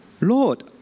Lord